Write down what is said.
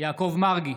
יעקב מרגי,